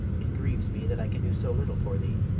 it grieves me that i can do so little for thee.